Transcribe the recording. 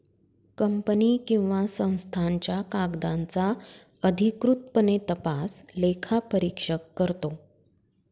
company किंवा संस्थांच्या कागदांचा अधिकृतपणे तपास लेखापरीक्षक करतो